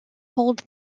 hold